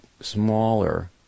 smaller